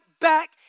back